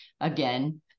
again